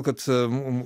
kad mum